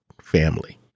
family